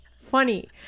funny